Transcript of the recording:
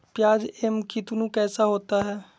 प्याज एम कितनु कैसा होता है?